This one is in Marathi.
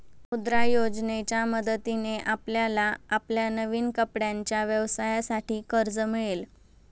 मुद्रा योजनेच्या मदतीने आपल्याला आपल्या नवीन कपड्यांच्या व्यवसायासाठी कर्ज मिळेल